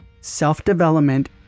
self-development